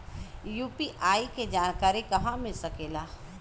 UPI के जानकारी कहवा मिल सकेले?